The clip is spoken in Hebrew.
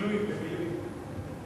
כבוד שר התחבורה,